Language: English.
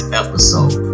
episode